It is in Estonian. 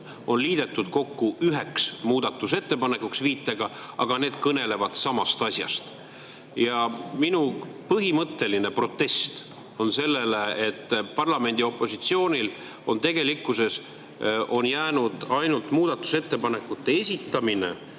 on liidetud kokku üheks muudatusettepanekuks, viitega, et "aga need kõnelevad samast asjast". Minu põhimõtteline protest on selle vastu, et parlamendi opositsioonil on tegelikkuses sisulise tööriistana alles jäänud ainult muudatusettepanekute esitamine